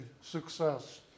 success